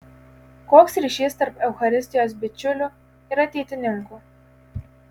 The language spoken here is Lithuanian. koks ryšys tarp eucharistijos bičiulių ir ateitininkų